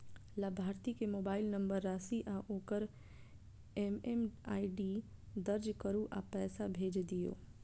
लाभार्थी के mobile number, राशि आ ओकर एम.एम.आई.डी दर्ज करू आ पैसा भेज दियौ